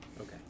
Okay